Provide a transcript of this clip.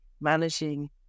managing